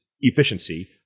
efficiency